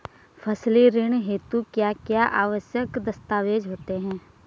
फसली ऋण हेतु क्या क्या आवश्यक दस्तावेज़ होते हैं?